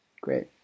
great